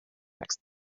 next